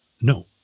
No